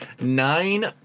Nine